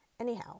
anyhow